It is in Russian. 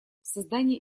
создании